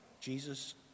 Jesus